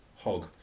hog